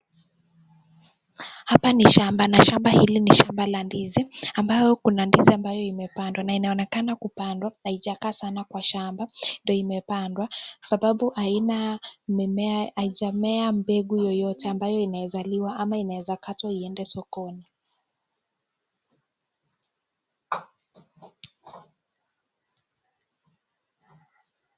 Hapa ni shamba na shamba hili ni shamba la ndizi ambayo kuna ndizi ambayo imepandwa. Na inaonekana kupandwa, haijakaa sana kwa shamba, ndio imepandwa, sababu haijamea mbegu yoyote ambayo inaeza liwa ama inaeza katwa iende sokoni